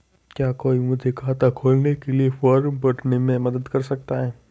क्या कोई मुझे खाता खोलने के लिए फॉर्म भरने में मदद कर सकता है?